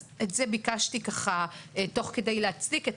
את זה ביקשתי תוך כדי להציג.